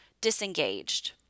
Disengaged